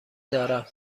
دارم